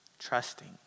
Trusting